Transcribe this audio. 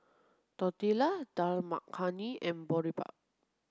Tortillas Dal Makhani and Boribap